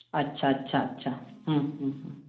ᱟᱪᱪᱷᱟ ᱟᱪᱪᱷᱟ ᱟᱪᱪᱷᱟ ᱦᱩᱸ ᱦᱩᱸ ᱦᱩᱸ